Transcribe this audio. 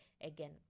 again